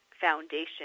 foundation